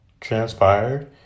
transpired